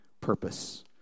purpose